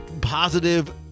positive